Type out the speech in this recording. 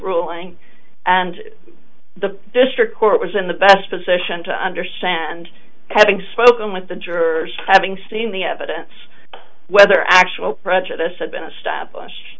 ruling and the district court was in the best position to understand having spoken with the jurors having seen the evidence whether actual prejudice had been established